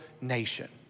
nation